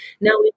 Now